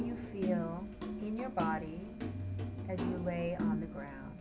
you feel in your body as you lay on the ground